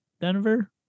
Denver